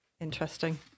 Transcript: interesting